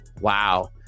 Wow